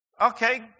okay